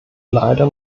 leider